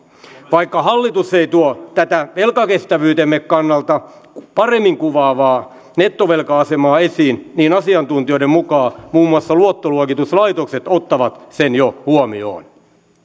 vaikka hallitus ei tuo tätä velkakestävyytemme kannalta paremmin kuvaavaa nettovelka asemaa esiin niin asiantuntijoiden mukaan muun muassa luottoluokituslaitokset ottavat sen jo huomioon